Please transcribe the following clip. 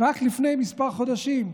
רק לפני כמה חודשים,